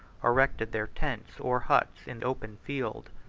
erected their tents or huts in the open field.